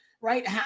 Right